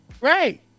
Right